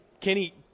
Kenny